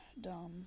dumb